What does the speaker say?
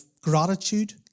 gratitude